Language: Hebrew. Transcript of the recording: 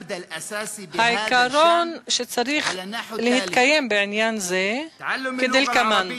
העיקרון שצריך להתקיים בעניין זה הוא כדלקמן: